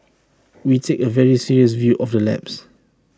we take A very serious view of the lapse